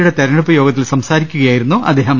യുടെ തിരെഞ്ഞെടുപ്പ് യോഗത്തിൽ സംസാരിക്കുകയായിരുന്നു അദ്ദേഹം